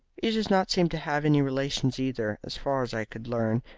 he does not seem to have any relations either, as far as i could learn.